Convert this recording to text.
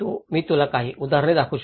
मी तुला काही उदाहरण दाखवू शकतो